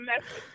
message